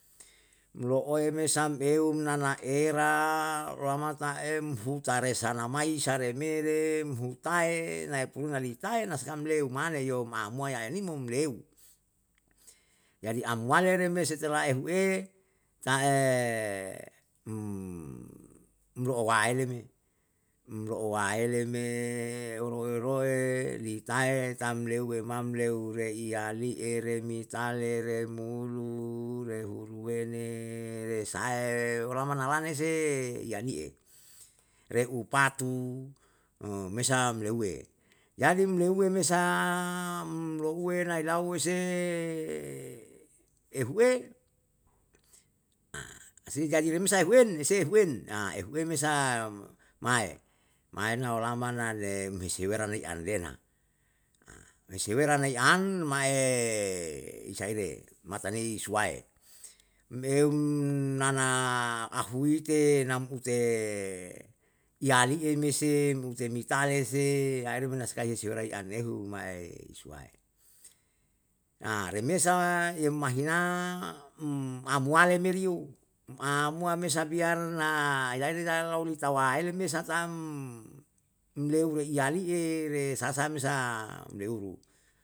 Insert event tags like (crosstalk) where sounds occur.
Lo'oe me sampeu nanaera ruamataem hutare sanamai sare me le hutae naipunu nitae saka leum mane yo ma'amua yaenim umleu, jadi amwale me re setelah ehue tae (hesitation) lo'o waele me, lo'o waele me eroe roe litae tamliu wemamleu reliali'e remitale remulu rehuruwene resae olama na lane se iya ni'e, re upatume sa umleuwe, jadi leuwe me sam louwe na ilau use, ehuwe (hesitation) si jadi remesa ehuwen, esehuwen (hesitation) ehue me sa mae, mae na olama na ne am hisiwera nei an lena. (hesitation) resiwena nai an ma'e, isaire, mataanei suwae, meum nana ahuite nam ute yali'e me se, mute mitale se, aire me na sakai huwera si an ehu mai usuwae, (hesitation) remesa eumahina, um anuwale meriyo um amuwa me sa biar na laeni talai lau tawaele me sa yam leu iya li'e er sa sam sa umleuru